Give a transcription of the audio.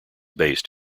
based